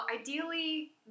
ideally